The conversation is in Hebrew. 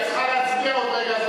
את צריכה להצביע עוד רגע.